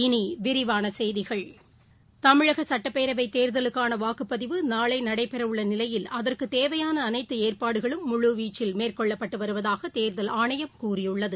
இனிவிரிவானசெய்திகள் தமிழகசுட்டப்பேரவைதேர்தலுக்கானவாக்குப்பதிவு நாளைநடைபெறவுள்ளநிலையில் அகற்குத் தேவையானஅனைத்துஏற்பாடுகளும் முழுவீச்சில் மேற்கொள்ளப்பட்டுவருவதாகதேர்தல் ஆணையம் கூறியுள்ளது